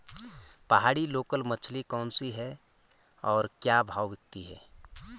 पहाड़ी लोकल मछली कौन सी है और क्या भाव बिकती है?